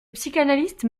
psychanalistes